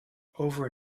over